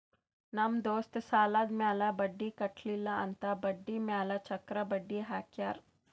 ನಮ್ ದೋಸ್ತ್ ಸಾಲಾದ್ ಮ್ಯಾಲ ಬಡ್ಡಿ ಕಟ್ಟಿಲ್ಲ ಅಂತ್ ಬಡ್ಡಿ ಮ್ಯಾಲ ಚಕ್ರ ಬಡ್ಡಿ ಹಾಕ್ಯಾರ್